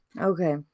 Okay